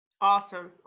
Awesome